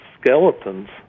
skeletons